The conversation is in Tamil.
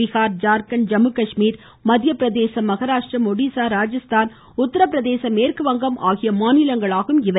பீகார் ஜார்கண்ட் ஜம்முகாஷ்மீர் மத்தியபிரதேசம் மகாராஷ்ட்ரா ஒடிசா ராஜஸ்தான் உத்தரபிரதேசம் மேற்குவங்கம் ஆகிய மாநிலங்களாகும் இவை